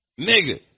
nigga